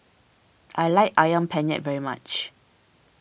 I like Ayam Penyet very much